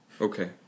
Okay